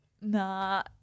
nah